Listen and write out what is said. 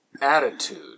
attitude